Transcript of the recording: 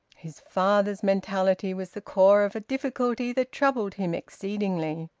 his father's mentality was the core of a difficulty that troubled him exceedingly,